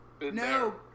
No